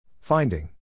Finding